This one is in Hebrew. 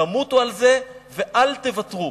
תמותו על זה ואל תוותרו.